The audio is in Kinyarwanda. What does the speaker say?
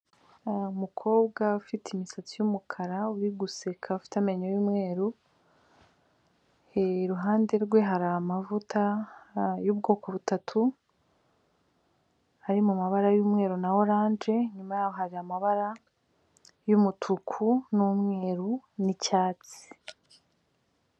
Harumukobwa ufite imisatsi y'umukara uri guseka ufite amenyo y'umweru iruhande rwe hari amavuta yubwoko butatu ari mumabara y'umweru na oranje inyuma yaho hari amabara y'umutuku n'umweru n'icyatsi.